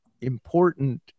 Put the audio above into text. important